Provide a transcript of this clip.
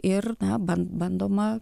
ir dabar ban bandoma